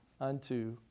unto